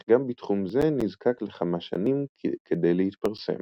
אך גם בתחום זה נזקק לכמה שנים כדי להתפרסם,